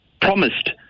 Promised